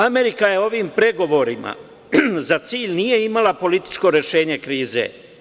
Amerika ovim pregovorima za cilj nije imala političko rešenje krize.